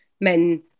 men